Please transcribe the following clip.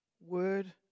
Word